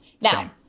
now